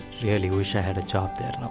really wish i had a job there